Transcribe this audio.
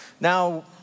Now